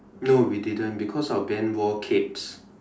no we didn't because our band wore capes